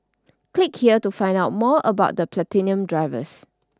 click here to find out more about the Platinum drivers